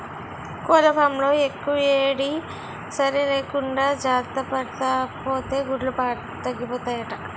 కోళ్లఫాంలో యెక్కుయేడీ, సలీ లేకుండా జార్తపడాపోతే గుడ్లు తగ్గిపోతాయట